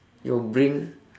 your brain